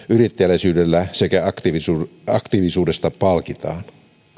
yritteliäisyydestä sekä aktiivisuudesta palkitaan